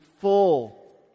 full